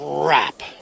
Crap